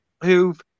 who've